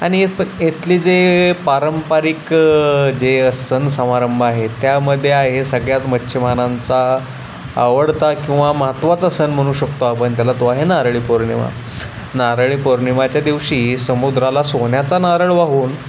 आणि इप इथले जे पारंपरिक जे सण समारंभ आहेत त्यामध्ये आहे सगळ्यात मच्छीमारांचा आवडता किंवा महत्त्वाचा सण म्हणू शकतो आपण त्याला तो आहे नारळी पौर्णिमा नारळी पौर्णिमेच्या दिवशी समुद्राला सोन्याचा नारळ वाहून